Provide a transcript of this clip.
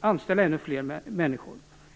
anställa ännu fler människor.